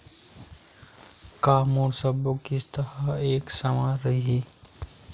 का मोर सबो किस्त ह एक समान रहि?